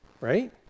Right